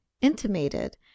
intimated